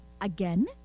Again